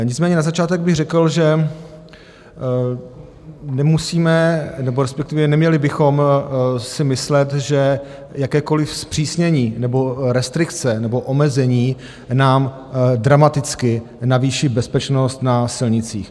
Nicméně na začátek bych řekl, že nemusíme, nebo respektive neměli bychom si myslet, že jakékoliv zpřísnění nebo restrikce nebo omezení nám dramaticky navýší bezpečnost na silnicích.